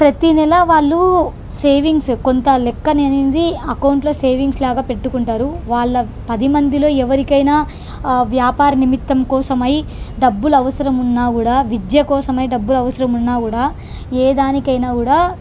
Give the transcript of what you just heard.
ప్రతీ నెల వాళ్ళు సేవింగ్స్ కొంత లెక్క అని అనేది అకౌంట్లో సేవింగ్స్ లాగా పెట్టుకుంటారు వాళ్ళ పది మందిలో ఎవరికైనా వ్యాపార నిమిత్తం కోసమై డబ్బులు అవసరం ఉన్నా కూడా విద్య కోసమై డబ్బులు అవసరం ఉన్నా కూడా ఏ దానికైనా కూడా